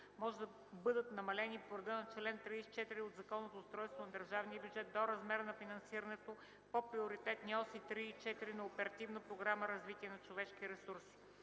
може да бъдат намалени по реда на чл. 34 от Закона за устройството на държавния бюджет до размера на финансирането по приоритетни оси 3 и 4 на Оперативна програма „Развитие на човешките ресурси”.